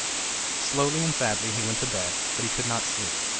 slowly and sadly he went to bed, but he could not sleep,